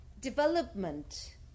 development